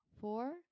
four